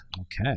Okay